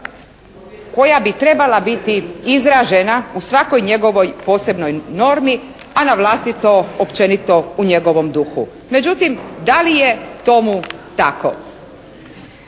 koja bi trebala biti izražena u svakoj njegovoj posebnoj normi, a na vlastito općenito u njegovom duhu. Međutim, da li je tomu tako?